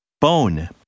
Bone